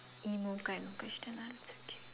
emo kind of question lah it's okay